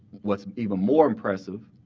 what's even more impressive,